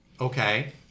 Okay